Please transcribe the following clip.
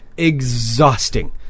exhausting